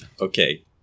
Okay